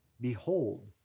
Behold